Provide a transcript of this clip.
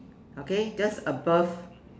okay just above